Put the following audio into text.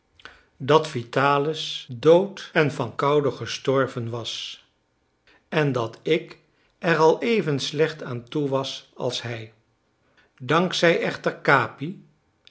dat vitalis dood en van koude gestorven was en dat ik er al even slecht aan toe was als hij dank zij echter capi